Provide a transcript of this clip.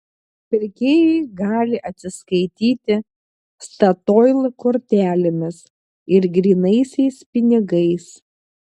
pirkėjai gali atsiskaityti statoil kortelėmis ir grynaisiais pinigais